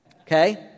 Okay